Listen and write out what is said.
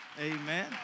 amen